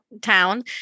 town